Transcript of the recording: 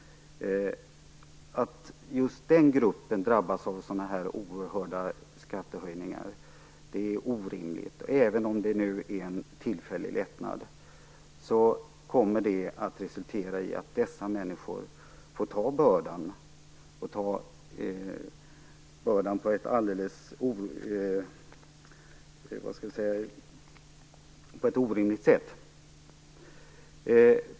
Att just den gruppen drabbas av sådana här oerhörda skattehöjningar är orimligt. Även om det nu är en tillfällig lättnad kommer det här att resultera i att nämnda människor får ta bördan - dessutom på ett orimligt sätt.